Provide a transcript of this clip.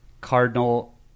Cardinal